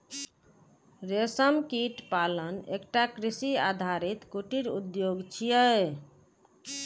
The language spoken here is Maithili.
रेशम कीट पालन एकटा कृषि आधारित कुटीर उद्योग छियै